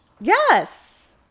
Yes